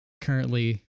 currently